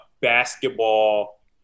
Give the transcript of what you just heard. basketball